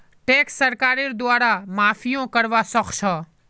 tax सरकारेर द्वारे माफियो करवा सख छ